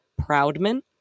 Proudman